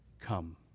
come